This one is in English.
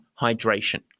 hydration